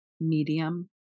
medium